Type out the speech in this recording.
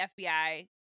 FBI